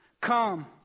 come